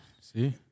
See